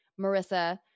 Marissa